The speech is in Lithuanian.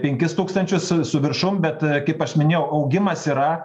penkis tūkstančius su viršum bet kaip aš minėjau augimas yra